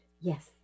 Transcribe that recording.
Yes